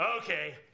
Okay